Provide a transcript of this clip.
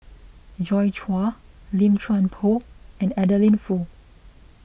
Joi Chua Lim Chuan Poh and Adeline Foo